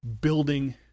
building